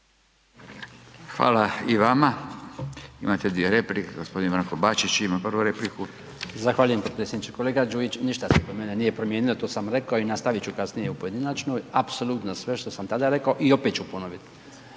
Fala i vama. Imate dvije replike, g. Branko Bačić ima prvu repliku. **Bačić, Branko (HDZ)** Zahvaljujem potpredsjedniče. Kolega Đujić, ništa se kod mene nije promijenilo, to sam reko i nastavit ću kasnije u pojedinačnoj, apsolutno sve što sam tada rekao i opet ću ponovit.